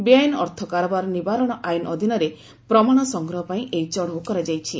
ବେଆଇନ ଅର୍ଥ କାରବାର ନିବାରଣ ଆଇନ ଅଧୀନରେ ପ୍ରମାଣ ସଂଗ୍ରହ ପାଇଁ ଏହି ଚଢ଼ଉ କରାଯାଇଛି